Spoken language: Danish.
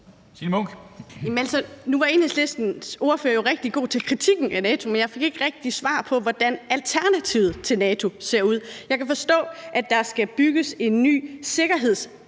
Signe Munk (SF) : Nu var Enhedslistens ordfører jo rigtig god til at komme med kritikken af NATO, men jeg fik ikke rigtig svar på, hvordan alternativet til NATO ser ud. Jeg kan forstå, at der skal bygges en ny sikkerhedsarkitektur